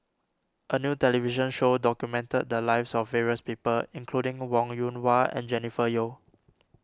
a new television show documented the lives of various people including Wong Yoon Wah and Jennifer Yeo